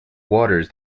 waters